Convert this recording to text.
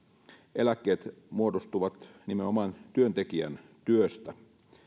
eläkkeet muodostuvat nimenomaan työntekijän työstä